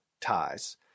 ties